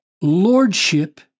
lordship